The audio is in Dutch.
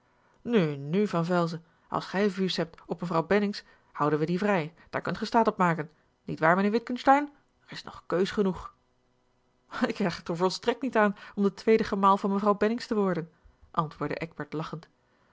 nu nu van velzen als gij vues hebt op mevrouw bennings a l g bosboom-toussaint langs een omweg houden wij die vrij daar kunt gij staat op maken niet waar mijnheer witgensteyn er is nog keus genoeg ik hecht er volstrekt niet aan om de tweede gemaal van mevrouw bennings te worden antwoordde eckbert lachend